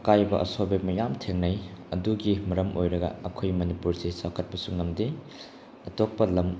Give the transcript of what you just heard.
ꯀꯥꯏꯕ ꯑꯁꯣꯏꯕ ꯃꯌꯥꯝ ꯊꯦꯡꯅꯩ ꯑꯗꯨꯒꯤ ꯃꯔꯝ ꯑꯣꯏꯔꯒ ꯑꯩꯈꯣꯏ ꯃꯅꯤꯄꯨꯔꯁꯦ ꯆꯥꯎꯈꯠꯄꯁꯨ ꯉꯝꯗꯦ ꯑꯇꯣꯞꯄ ꯂꯝ